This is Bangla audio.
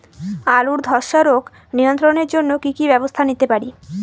আলুর ধ্বসা রোগ নিয়ন্ত্রণের জন্য কি কি ব্যবস্থা নিতে পারি?